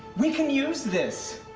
we can use this.